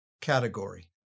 category